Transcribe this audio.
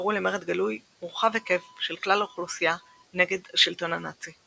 שקראו למרד גלוי ורחב היקף של כלל האוכלוסייה נגד השלטון הנאצי.